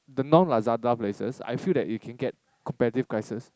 the non Lazada places I feel that you can get competitive prices